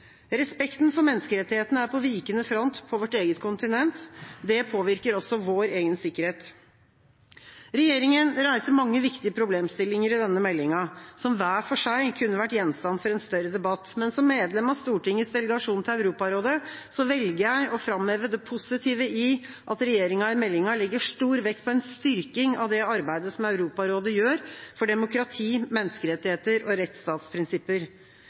Respekten for menneskerettighetene er på vikende front på vårt eget kontinent. Det påvirker også vår egen sikkerhet. Regjeringa reiser mange viktige problemstillinger i denne meldinga, som hver for seg kunne vært gjenstand for en større debatt. Men som medlem av Stortingets delegasjon til Europarådet velger jeg å framheve det positive i at regjeringa i meldinga legger stor vekt på en styrking av det arbeidet som Europarådet gjør for demokrati, menneskerettigheter og rettsstatsprinsipper.